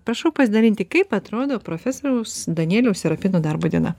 prašau pasidalinti kaip atrodo profesoriaus danieliaus serapino darbo diena